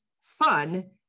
fun